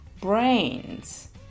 brains